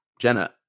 Jenna